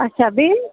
اَچھا بیٚیہِ